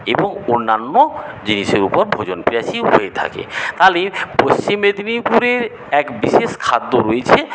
এবং অন্যান্য জিনিসের ওপর ভোজনপ্রিয়াসী হয়ে থাকে তালে পশ্চিম মেদিনীপুরে এক বিশেষ খাদ্য রয়েছে